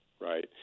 right